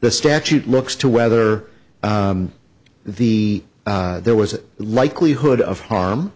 the statute looks to whether the there was a likelihood of harm